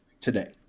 today